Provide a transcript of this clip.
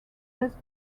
best